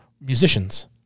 musicians